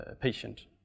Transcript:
patient